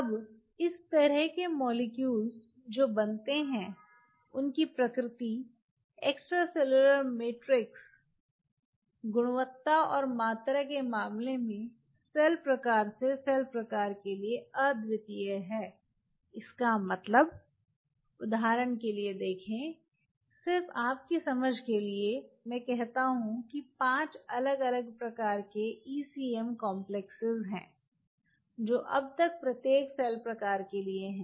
अब इस तरह के मोलेक्युल्स जो बनते हैं उनकी प्रकृति एक्स्ट्रासेलुलर मैट्रिक्स गुणवत्ता और मात्रा के मामले में सेल प्रकार से सेल प्रकार के लिए अद्वितीय है इसका मतलब है उदाहरण के लिए देखें सिर्फ आपकी समझ के लिए मैं कहता हूं कि 5 अलग अलग प्रकार के ईसीएम कॉम्प्लेक्स हैं जो अब तक प्रत्येक सेल प्रकार के लिए हैं